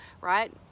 right